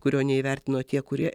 kurio neįvertino tie kurie